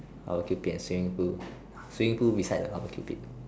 I'll keep a swimming pool swimming pool beside the barbecue pit